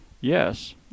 Yes